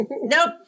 Nope